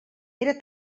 era